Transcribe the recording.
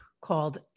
called